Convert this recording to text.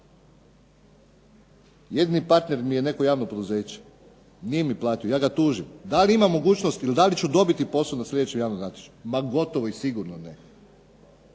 jedini partner mi je neko javno poduzeće, nije mi platio, ja ga tužim. Da li imam mogućnost ili da li ću dobiti posao na sljedećem javnom natječaju? Ma gotovo i sigurno ne.